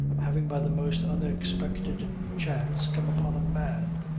having by the most unexpected chance come upon a man,